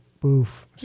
boof